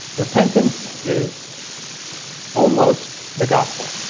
repentance is almost the gospel